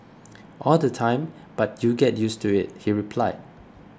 all the time but you get used to it he replied